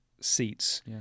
seats